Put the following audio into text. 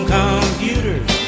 computers